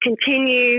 continue